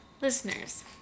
Listeners